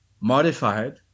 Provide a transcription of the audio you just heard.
modified